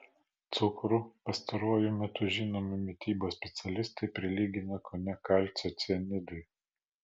cukrų pastaruoju metu žinomi mitybos specialistai prilygina kone kalcio cianidui